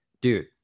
dude